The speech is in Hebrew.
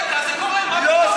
אבל אם עוד דקה, זה קורה, לא.